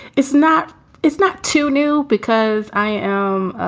it's not it's not too new because i am